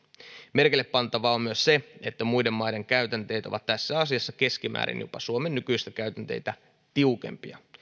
merkille pantavaa on myös se että muiden maiden käytänteet ovat tässä asiassa keskimäärin jopa suomen nykyisiä käytänteitä tiukempia